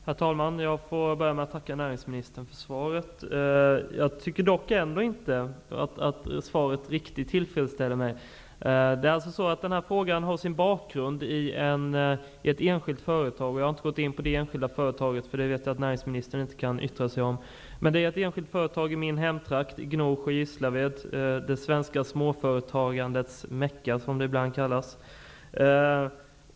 Herr talman! Jag tackar näringsministern för svaret. Jag tycker dock inte att svaret var helt tillfredsställande. Denna fråga har sin bakgrund i situationen för ett enskilt företag. Jag har inte närmare gått in på det fallet, eftersom jag vet att näringsministern inte kan yttra sig om det. Det rör ett enskilt företag i min hemtrakt i Gnosjö, Gislaved, det svenska småföretagandets Mecka, som det ibland kallas.